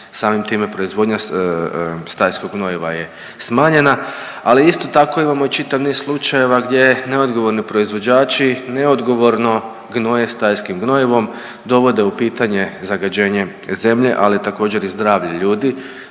samim time proizvodnja stajskog gnojiva je smanjena, ali isto tako imamo i čitav niz slučajeva gdje neodgovorni proizvođači neodgovorno gnoje stajskim gnojivom, dovode u pitanje zagađenje zemlje, ali također i zdravlja ljudi